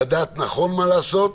לדעת מה נכון לעשות,